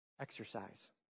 Exercise